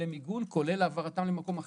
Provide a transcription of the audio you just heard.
כולל העברתם למקום אחר.